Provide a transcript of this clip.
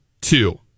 two